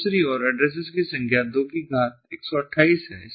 दूसरी ओर यहां एड्रेस्सेस की संख्या 2 की घात 128 है